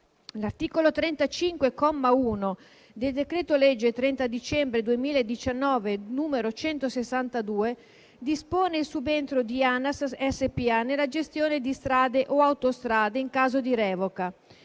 l'articolo 35, comma 1, del decreto-legge 30 dicembre 2019, n. 162, dispone il subentro di ANAS SpA nella gestione di strade o autostrade in caso di revoca,